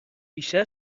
بیشتر